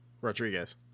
Rodriguez